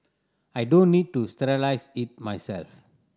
I don't need to sterilise it myself